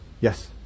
yes